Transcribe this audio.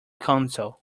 council